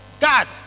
God